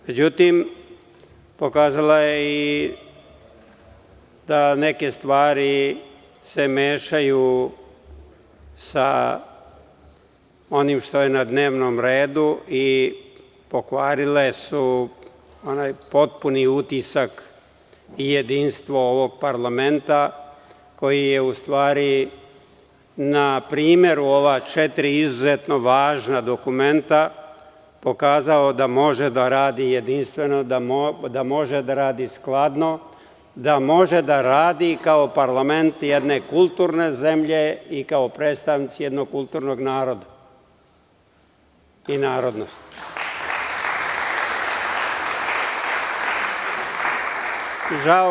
Međutim, pokazala je i da neke stvari se mešaju sa onim što je na dnevnom redu i pokvarile su onaj potpuni utisak i jedinstvo ovog parlamenta, koji je u stvari na primeru ova četiri izuzetno važna dokumenta pokazao da može da radi jedinstveno, da može da radi skladno, da može da radi kao parlament jedne kulturne zemlje i kao predstavnici jednog kulturnog naroda i narodnosti.